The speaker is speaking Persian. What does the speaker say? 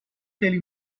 خیلی